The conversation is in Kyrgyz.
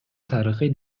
тарыхый